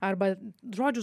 arba žodžių